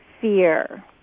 fear